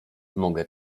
mogę